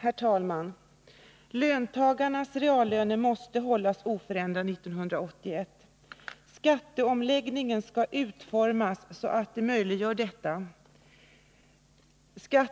Herr talman! Löntagarnas reallöner måste hållas oförändrade 1981. Skatteomläggningen skall utformas så att den möjliggör detta. Vi socialdemokrater tycker att